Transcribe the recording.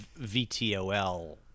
VTOL